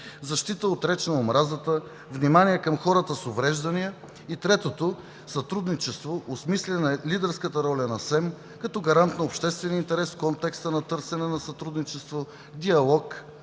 защита от реч на омразата; внимание към хората с увреждания. Трето, сътрудничество, осмисляне лидерската роля на Съвета за електронни медии като гарант на обществения интерес в контекста на търсене на сътрудничество, диалог,